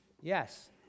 Yes